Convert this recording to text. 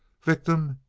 victim,